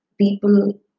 People